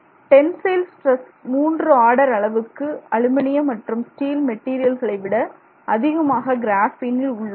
tensile stress மூன்று order அளவுக்கு aluminium மற்றும் ஸ்டில் மெட்டீரியல்களை விட அதிகமாக கிராஃபீனில் உள்ளது